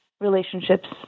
relationships